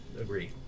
agree